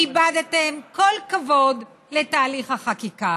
איבדתם כל כבוד לתהליך החקיקה.